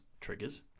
triggers